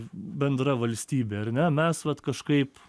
bendra valstybė ar ne mes vat kažkaip